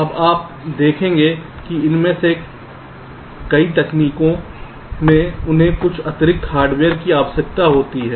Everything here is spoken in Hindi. अब आप देखेंगे कि इनमें से कई तकनीकों में उन्हें कुछ अतिरिक्त हार्डवेयर की आवश्यकता होती है